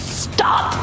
stop